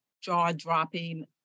jaw-dropping